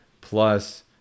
plus